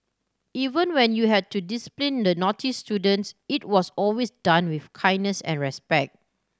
even when you had to discipline the naughty students it was always done with kindness and respect